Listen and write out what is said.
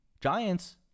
Giants